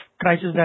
crisis